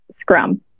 scrum